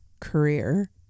career